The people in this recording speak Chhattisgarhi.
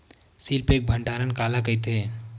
सील पैक भंडारण काला कइथे?